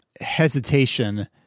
hesitation